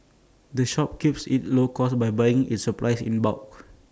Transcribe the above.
the shop keeps its costs low by buying its supplies in bulk